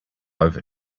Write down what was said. over